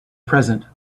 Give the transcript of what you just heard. present